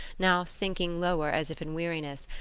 now sinking lower as if in weariness,